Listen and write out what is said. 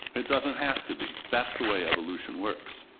it doesn't have to be. that's the way evolution works.